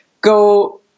go